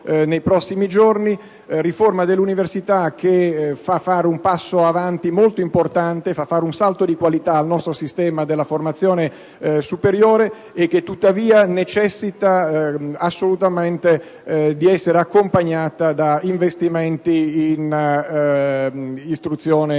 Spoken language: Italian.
nei prossimi giorni, una riforma che fa fare un passo avanti molto importante e un salto di qualità al nostro sistema della formazione superiore, e che tuttavia necessita assolutamente di essere accompagnata da investimenti in istruzione superiore